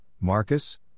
Marcus